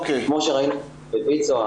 כמו שראינו בוויצ"ו,